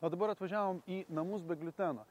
o dabar atvažiavom į namus be gliuteno